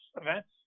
events